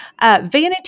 vanity